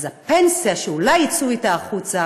אז הפנסיה שאולי הם יצאו אתה החוצה,